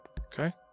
Okay